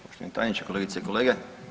Poštovani tajniče, kolegice i kolege.